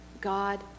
God